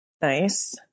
Nice